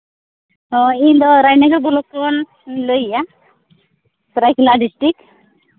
ᱚᱸᱻ ᱤᱧᱫᱚ ᱨᱟᱡᱽᱱᱚᱜᱚᱨ ᱵᱞᱚᱠ ᱠᱷᱚᱱ ᱞᱟᱹᱭ ᱮᱜᱼᱟ ᱥᱟᱹᱨᱟᱹᱭᱠᱮᱞᱟ ᱰᱤᱥᱴᱤᱠ